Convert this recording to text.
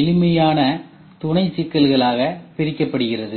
எளிமையான துணை சிக்கல்களாக பிரிக்கப்படுகிறது